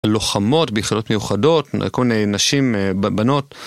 לוחמות, ביחידות מיוחדות, כל מיני נשים, בנות.